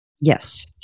Yes